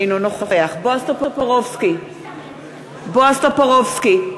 אינו נוכח בועז טופורובסקי,